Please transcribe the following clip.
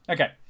Okay